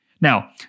Now